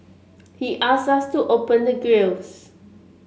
he asked us to open the grilles